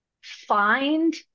find